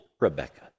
Rebecca